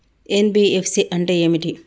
NBFC అంటే ఏమిటి?